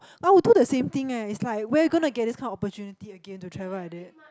I will do the same thing eh is like where you gonna get this kind opportunity again to travel like that